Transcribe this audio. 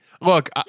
Look